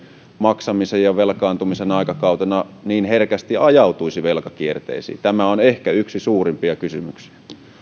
maksamisen ja velkaantumisen aikakautena niin herkästi ajautuisi velkakierteisiin tämä on ehkä yksi suurimpia kysymyksiä